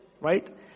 right